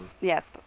Yes